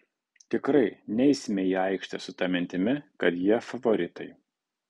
tikrai neisime į aikštę su ta mintimi kad jie favoritai